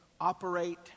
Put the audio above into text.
operate